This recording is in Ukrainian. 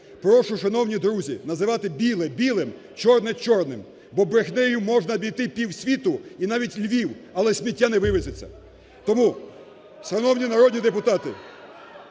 Прошу, шановні друзі, називати біле – білим, чорне – чорним. Бо брехнею можна обійти півсвіту і навіть Львів, але сміття не вивезеться. Тому, шановні народні депутати,